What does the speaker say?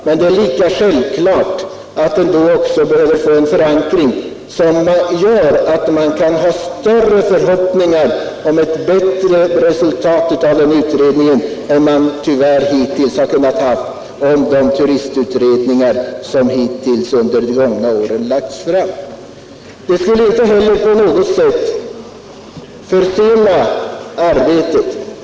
Och den bör då få en sådan förankring att man kan hoppas att den ger ett bättre resultat än de turistutredningar som lagts fram under de gångna åren. Det skulle inte heller på något sätt försena arbetet.